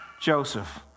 Joseph